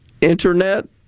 Internet